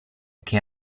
che